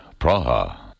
Praha